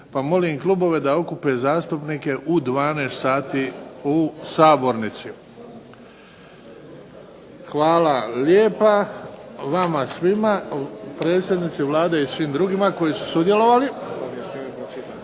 pa molim klubove da okupe zastupnike u 12 sati u sabornici. Hvala lijepa vama svima, predsjednici Vlade i svim drugima koji su sudjelovali.